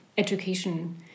Education